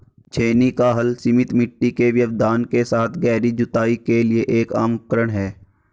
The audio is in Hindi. छेनी का हल सीमित मिट्टी के व्यवधान के साथ गहरी जुताई के लिए एक आम उपकरण है